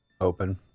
open